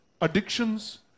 addictions